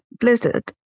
Blizzard